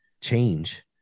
change